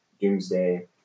Doomsday